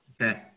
Okay